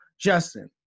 Justin